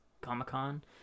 Comic-Con